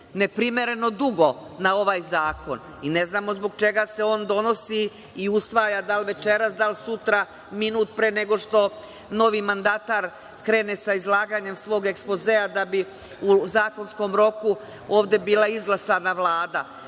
neprimereno dugo na ovaj zakon i ne znamo zbog čega se on donosi i usvaja, dal večeras dal sutra, minut pre nego što novi mandatar krene sa izlaganjem svog ekspozea, da bi u zakonskom roku ovde bila izglasana